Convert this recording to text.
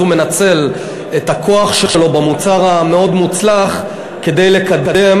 הוא מנצל את הכוח שלו במוצר המאוד-מוצלח כדי לקדם